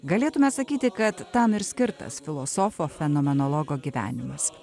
galėtume sakyti kad tam ir skirtas filosofo fenomenologo gyvenimas